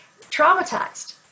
traumatized